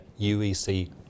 UEC